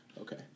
Okay